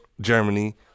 Germany